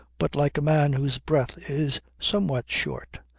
but like a man whose breath is somewhat short,